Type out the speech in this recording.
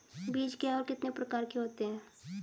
बीज क्या है और कितने प्रकार के होते हैं?